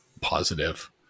positive